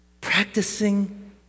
Practicing